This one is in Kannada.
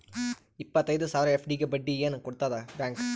ಇಪ್ಪತ್ತೈದು ಸಾವಿರ ಎಫ್.ಡಿ ಗೆ ಬಡ್ಡಿ ಏನ ಕೊಡತದ ಬ್ಯಾಂಕ್?